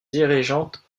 dirigeante